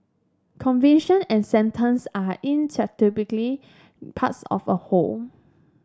conviction and sentence are parts of a whole